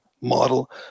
model